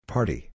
Party